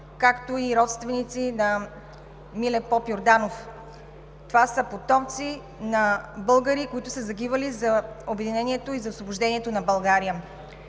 както и родственици на Миле Попйорданов. Това са потомци на българи, които са загивали за обединението и освобождението на България.